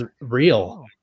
real